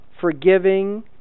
forgiving